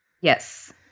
Yes